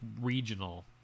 regional